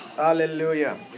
Hallelujah